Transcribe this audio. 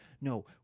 No